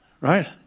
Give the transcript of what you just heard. Right